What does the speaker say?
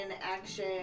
action